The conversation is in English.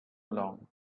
along